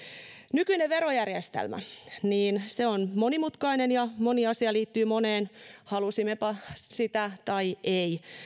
nykyinen verojärjestelmä on monimutkainen ja moni asia liittyy moneen halusimmepa sitä tai ei